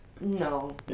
no